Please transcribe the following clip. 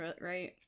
Right